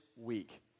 week